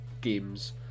games